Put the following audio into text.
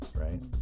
right